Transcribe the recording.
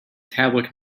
tablet